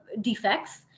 defects